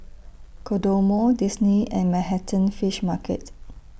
Kodomo Disney and Manhattan Fish Market